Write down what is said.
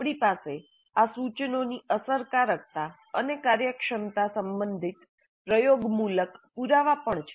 આપણી પાસે આ સૂચનોની અસરકારકતા અને કાર્યક્ષમતા સંબંધિત પ્રયોગમૂલક પુરાવા પણ છે